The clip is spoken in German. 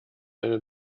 eine